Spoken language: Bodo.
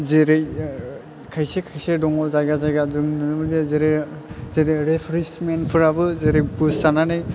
जेरै खायसे खायसे दङ जायगा जायगा जों नुनो मोनो दि जेरै जेरै रेफरि फ्राबो जेरै गुस जानानै